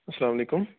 السلامُ علیکُم